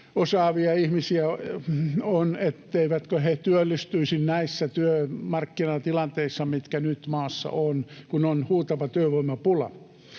osaavia ihmisiä ole, etteivätkö he työllistyisi tässä työmarkkinatilanteessa, mikä nyt maassa on, kun on huutava työvoimapula.